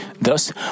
Thus